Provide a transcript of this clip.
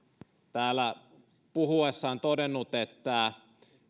täällä puhuessaan todennut antanut ymmärtää että